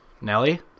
Nelly